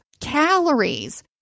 calories